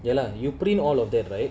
ya lah you print all of them right